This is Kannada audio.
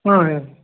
ಹಾಂ ಹೇಳಿ